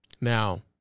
Now